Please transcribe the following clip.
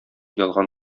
ялган